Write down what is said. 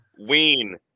Ween